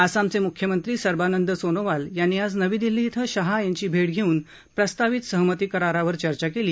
आसामचे म्ख्यमंत्री सर्बानंद सोनोवाल यांनी आज नवी दिल्ली इथं शहा यांची भेट घेऊन प्रस्तावित सहमती करारावर चर्चा केली